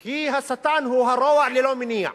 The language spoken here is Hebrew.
כי השטן הוא הרוע ללא מניע.